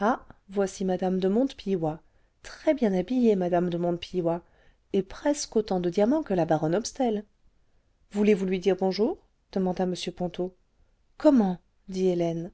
ah voici mme de montepilloy très bien habillée mme de montepilloy et presque autant de diamants que la baronne hopstel voulez-vous lui dire bonjour demanda m ponto comment dit hélène